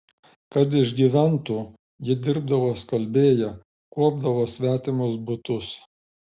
kad išgyventų ji dirbdavo skalbėja kuopdavo svetimus butus